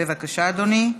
בבקשה, אדוני.